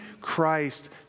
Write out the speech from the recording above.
Christ